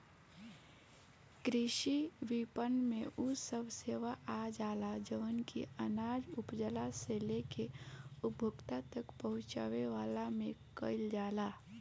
कृषि विपणन में उ सब सेवा आजाला जवन की अनाज उपजला से लेके उपभोक्ता तक पहुंचवला में कईल जाला